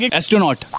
astronaut